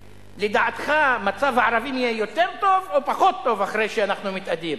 לדעתך מצב הערבים יהיה יותר טוב או פחות טוב אחרי שאנחנו מתאדים?